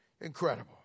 Incredible